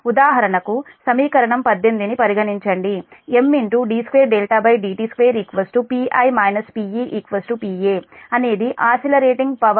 ఉదాహరణకు సమీకరణం 18 ను పరిగణించండి M d2dt2Pi PePa అనేది ఆసిలరేటింగ్ పవర్